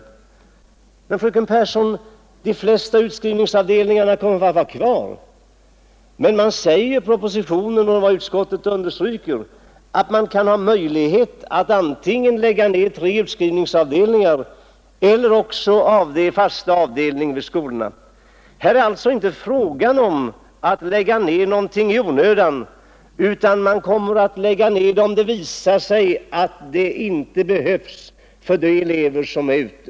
Jag vill säga till fröken Pehrsson att de flesta av utskrivningsavdelningarna kommer att vara kvar, men det står i propositionen — och utskottet understryker det — att man har möjlighet att lägga ned antingen tre utskrivningsavdelningar eller också fasta avdelningar vid skolorna. Här är det alltså inte fråga om att lägga ned någonting i onödan, utan man kommer att lägga ned avdelningarna bara om det visar sig att de inte behövs för de elever som är ute.